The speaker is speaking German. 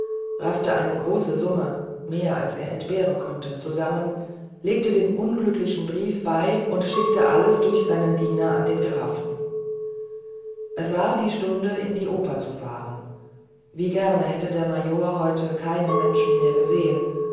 raffte eine große summe mehr als er entbehren konnte zusammen legte den unglücklichen brief bei und schickte alles durch seinen diener an den grafen es war die stunde in die oper zu fahren wie gerne hätte der major heute keinen menschen mehr gesehen